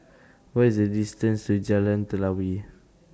What IS The distance to Jalan Telawi